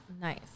Nice